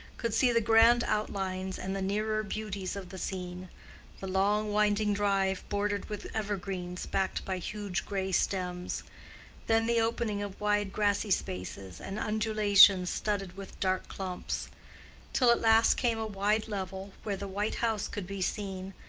could see the grand outlines and the nearer beauties of the scene the long winding drive bordered with evergreens backed by huge gray stems then the opening of wide grassy spaces and undulations studded with dark clumps till at last came a wide level where the white house could be seen,